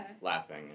laughing